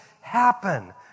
happen